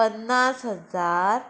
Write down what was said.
पन्नास हजार